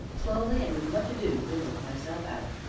slowly, and with much ado, wriggled myself out.